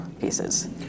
pieces